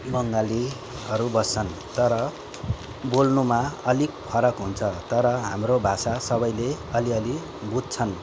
बङ्गालीहरू बस्छन् तर बोल्नुमा अलिक फरक हुन्छ तर हाम्रो भाषा सबैले अलि अलि बुझ्छन्